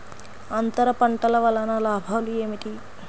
అంతర పంటల వలన లాభాలు ఏమిటి?